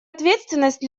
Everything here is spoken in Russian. ответственность